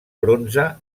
bronze